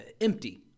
empty